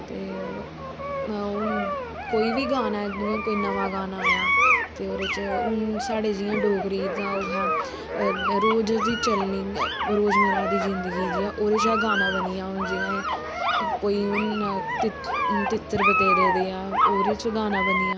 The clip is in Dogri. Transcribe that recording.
ते हुन कोई बी गाना ऐ जियां कोई नमां गाना आया ते ओह्दे च हुन जियां साढ़े डोगरी जां ओह् हा रोज च चलनी रोजमरा दी जिंदगी जियां ओह्दे च गै गाना बनी आ हुन जियां कोई हुन तित्तर बतेरे देआ ओह्दे च गाना बनी आ